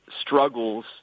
struggles